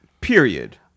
Period